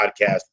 podcast